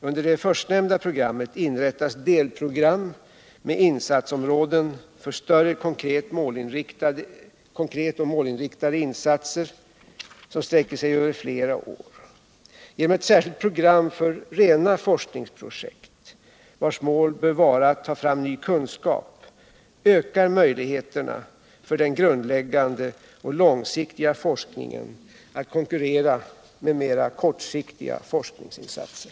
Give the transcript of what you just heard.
Under det förstnämnda programmet inrättas delprogram med insatsområden för större konkreta målinriktade projekt, som sträcker sig över flera år. Genom ett särskilt program för rena forskningsprojekt, vilkas mål bör vara att ta fram ny kunskap, ökar möjligheterna för den grundläggande och långsiktiga forskningen att konkurrera med mera kortsiktiga forskningsinsatser.